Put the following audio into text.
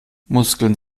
muskeln